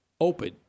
open